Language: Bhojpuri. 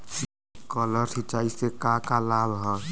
स्प्रिंकलर सिंचाई से का का लाभ ह?